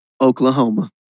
Oklahoma